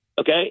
okay